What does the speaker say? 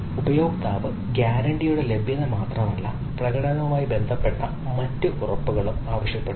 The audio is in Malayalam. ഉപയോക്താവ് ഗ്യാരൻറിയുടെ ലഭ്യത മാത്രമല്ല പ്രകടനവുമായി ബന്ധപ്പെട്ട മറ്റ് ഉറപ്പുകളും ആവശ്യപ്പെടുന്നു